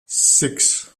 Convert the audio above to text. six